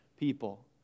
people